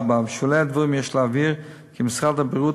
בשולי הדברים יש להבהיר כי משרד הבריאות